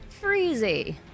Freezy